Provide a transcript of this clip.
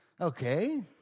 Okay